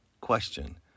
question